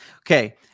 Okay